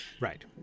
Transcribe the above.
Right